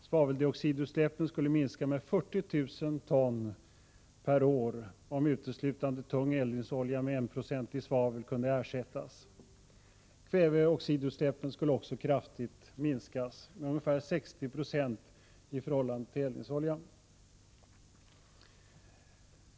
Svaveldioxidutsläppen skulle minska med 40 000 ton per år, om uteslutande tung eldningsolja med 1 96 svavel ersattes. Kväveoxidutsläppen skulle också kraftigt minskas, med ungefär 60 90 i förhållande till eldningsoljan.